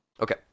okay